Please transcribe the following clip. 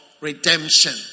redemption